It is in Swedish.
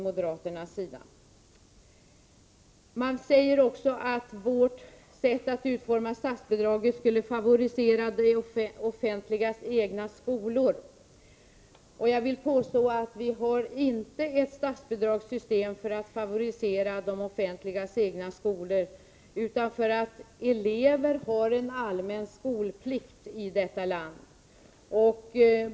Man säger också att vårt sätt att utforma statsbidraget skulle favorisera det offentligas egna skolor. Jag vill påstå att vi inte har ett statsbidragssystem för att favorisera det offentligas egna skolor utan därför att eleverna har allmän skolplikt i detta land.